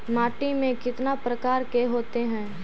माटी में कितना प्रकार के होते हैं?